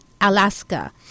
Alaska